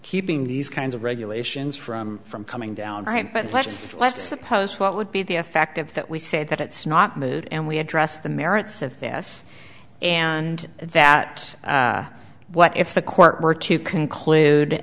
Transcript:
keeping these kinds of regulations from from coming down right but let's let's suppose what would be the effect of that we say that it's not moot and we address the merits of this and that what if the court were to conclude